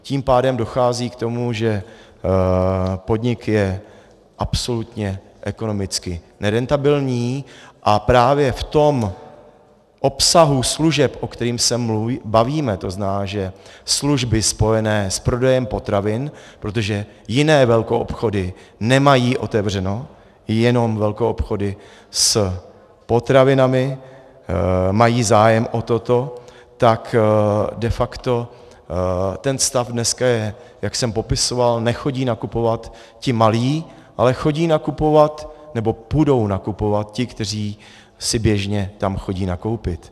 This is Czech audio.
Tím pádem dochází k tomu, že podnik je absolutně ekonomicky nerentabilní, a právě v tom obsahu služeb, o kterých se bavíme, to znamená, že služby spojené s prodejem potravin, protože jiné velkoobchody nemají otevřeno, jenom velkoobchody s potravinami mají zájem o toto, tak de facto ten stav dneska je, jak jsem popisoval, nechodí nakupovat ti malí, ale chodí nakupovat nebo půjdou nakupovat ti, kteří si běžně tam chodí nakoupit.